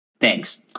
Thanks